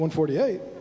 148